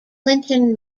clinton